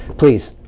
please,